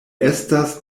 estas